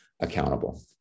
accountable